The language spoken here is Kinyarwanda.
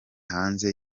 hanze